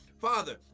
Father